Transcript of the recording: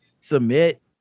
submit